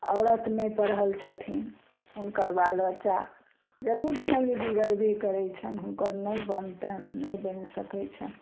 औरत नहि पढ़ल छथिन हुनकर बाल बच्चा जरूर छनि जे बिगड़बे करय छनि हुनकर नहि बनतनि नहि बनि सकय छनि